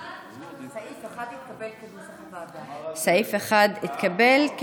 סעיף 1, כנוסח הוועדה, התקבל.